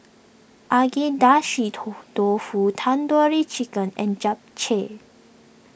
Agedashi Dofu Tandoori Chicken and Japchae